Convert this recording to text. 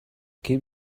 keep